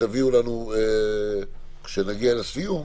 וכשנגיע לסיום